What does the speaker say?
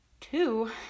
Two